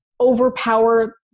overpower